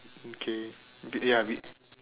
okay ya a bit